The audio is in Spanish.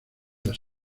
las